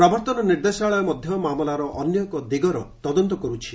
ପ୍ରବର୍ତ୍ତନ ନିର୍ଦ୍ଦେଶାଳୟ ମଧ୍ୟ ମାମଲାର ଅନ୍ୟ ଏକ ଦିଗର ତଦନ୍ତ କରୁଛି